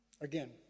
Again